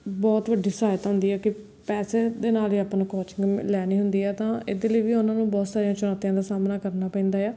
ਬਹੁਤ ਵੱਡੀ ਸਹਾਇਤਾ ਹੁੰਦੀ ਹੈ ਕਿ ਪੈਸੇ ਦੇ ਨਾਲ ਹੀ ਆਪਾਂ ਨੇ ਕੋਚਿੰਗ ਲੈਣੀ ਹੁੰਦੀ ਆ ਤਾਂ ਇਹਦੇ ਲਈ ਵੀ ਉਨ੍ਹਾਂ ਨੂੰ ਬਹੁਤ ਸਾਰੀਆਂ ਚੁਣੌਤੀਆਂ ਦਾ ਸਾਹਮਣਾ ਕਰਨਾ ਪੈਂਦਾ ਆ